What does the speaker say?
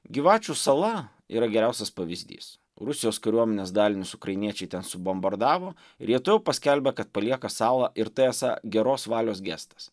gyvačių sala yra geriausias pavyzdys rusijos kariuomenės dalinius ukrainiečiai ten subombardavo ir jie tuojau paskelbė kad palieka salą ir tai esą geros valios gestas